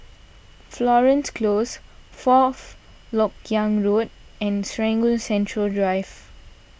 Florence Close Fourth Lok Yang Road and Serangoon Central Drive